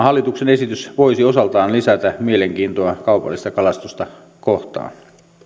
hallituksen esitys voisi osaltaan lisätä mielenkiintoa kaupallista kalastusta kohtaan